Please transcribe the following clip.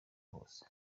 hose